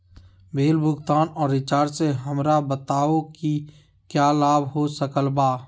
Bill भुगतान और recharge से हमरा बताओ कि क्या लाभ हो सकल बा?